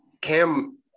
Cam